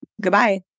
goodbye